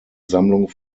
sammlung